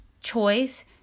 choice